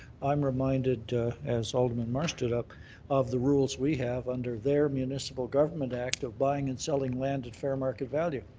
i'm reminded as alderman mar stood up of the rules we have under their municipal government act of buying and selling land at fair market value.